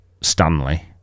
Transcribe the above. Stanley